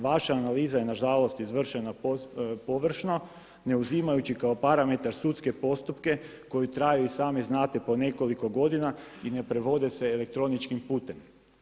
Vaša analiza je nažalost izvršena površno ne uzimajući kao parametar sudske postupke koji traju i sami znate po nekoliko godina i ne provode se elektroničkim putem.